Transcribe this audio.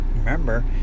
Remember